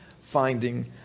finding